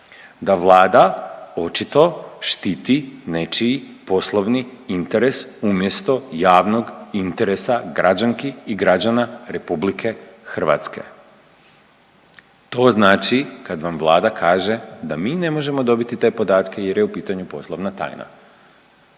da Vlada očito štiti nečiji poslovni interes umjesto javni interes građanki i građana RH. To znači kad vam Vlada kaže da mi ne možemo dobiti te podatke jer je u pitanju poslovna tajna.